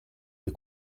les